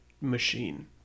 machine